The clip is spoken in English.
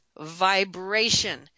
vibration